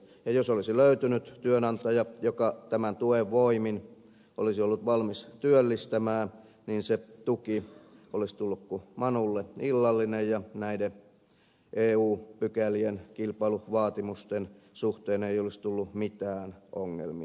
ja jos olisi löytynyt työnantaja joka tämän tuen voimin olisi ollut valmis työllistämään niin se tuki olisi tullut kuin manulle illallinen ja näiden eu pykälien kilpailuvaatimusten suhteen ei olisi tullut mitään ongelmia